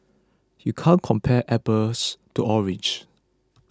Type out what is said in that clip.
you can't compare apples to oranges